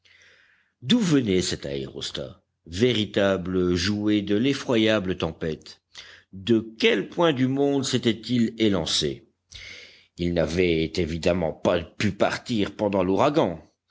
d'où venait cet aérostat véritable jouet de l'effroyable tempête de quel point du monde s'était-il élancé il n'avait évidemment pas pu partir pendant l'ouragan